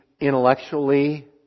intellectually